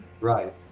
Right